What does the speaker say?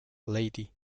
lady